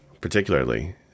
particularly